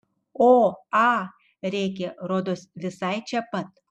o a rėkė rodos visai čia pat